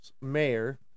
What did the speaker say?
mayor